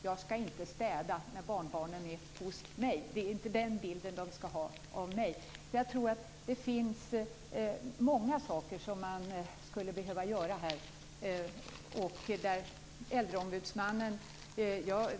Jag skall inte städa när barnbarnen är hos mig. Det är inte den bilden de skall ha av mig. Jag tror att det finns många saker som man skulle behöva göra här.